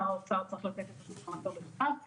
שר האוצר צריך לתת את- -- יש